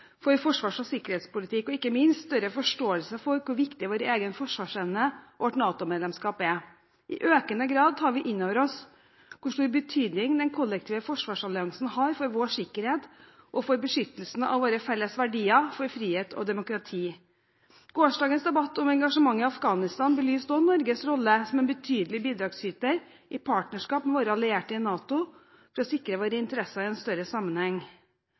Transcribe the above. for forsvars- og sikkerhetspolitikk, og ikke minst større forståelse for hvor viktig vår egen forsvarsevne og vårt NATO-medlemskap er. I økende grad tar vi innover oss hvor stor betydning den kollektive forsvarsalliansen har for vår sikkerhet og for beskyttelsen av våre felles verdier, som frihet og demokrati. Gårsdagens debatt om engasjementet i Afghanistan belyste også Norges rolle som en betydelig bidragsyter – i partnerskap med våre allierte i NATO – for å sikre våre interesser i en større sammenheng.